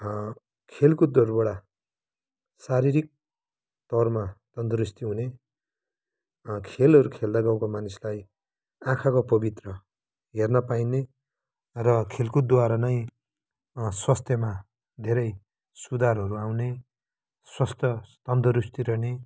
खेलकुदहरूबाट शारीरिक तवरमा तनदुरुस्ती हुने खेलहरू खेल्दा गाउँका मानिसलाई आँखाको पवित्र हेर्न पाइने र खेलकुदद्वारा नै स्वास्थ्यमा धेरै सुधारहरू आउने स्वास्थ्य तनदुरुस्ती रहने